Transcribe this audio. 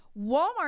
Walmart